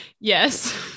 yes